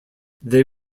they